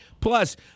Plus